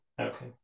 okay